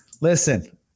Listen